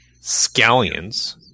scallions